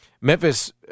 Memphis